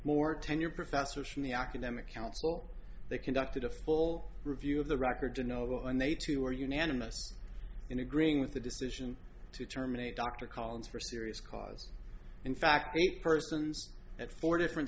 more tenured professors from the academic council they conducted a full review of the record to no avail and they too were unanimous in agreeing with the decision to terminate dr collins for serious cause in fact many persons at four different